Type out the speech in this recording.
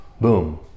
boom